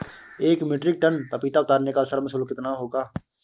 एक metric ton पपीता उतारने का श्रम शुल्क कितना होगा?